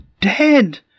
dead